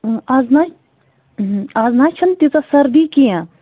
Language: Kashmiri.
آز نہ آز نہ حظ چھِنہٕ تیٖژاہ سردی کینٛہہ